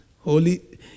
Holy